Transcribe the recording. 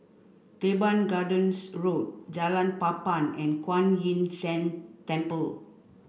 Teban Gardens Road Jalan Papan and Kuan Yin San Temple